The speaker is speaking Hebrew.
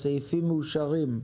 הסעיפים מאושרים.